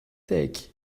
take